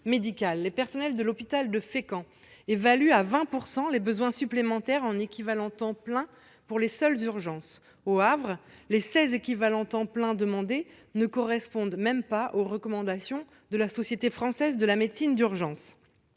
Le personnel de l'hôpital de Fécamp évalue ainsi les besoins supplémentaires en équivalents temps plein à 20 % pour les seules urgences. Au Havre, les seize équivalents temps plein demandés ne correspondent même pas aux recommandations de la Société française de médecine d'urgence.